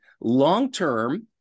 long-term